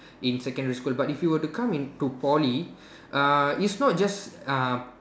in secondary school but if you were to come into Poly uh is not just uh